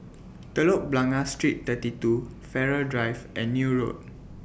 Telok Blangah Street thirty two Farrer Drive and Neil Road